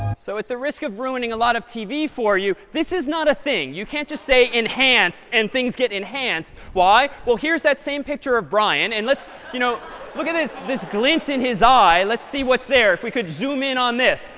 so at the risk of ruining a lot of tv for you, this is not a thing. you can't just say enhance and things get enhanced. why? well, here's that same picture of brian. and let's you know look at this this glint in his eye. let's see what's there. if we could zoom in on this,